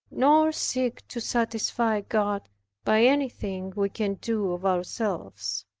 nor seek to satisfy god by anything we can do of ourselves.